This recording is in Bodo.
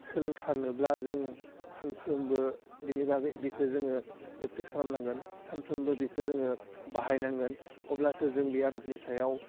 सोलोंथारनोब्ला जों सानफ्रोमबो बिनि बागै बिखो जोङो प्रेकटिस खालामनांगोन सानफ्रोमबो बिखो जोङो बाहायनांगोन अब्लासो जोंनि आदबनि सायाव